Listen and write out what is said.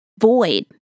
void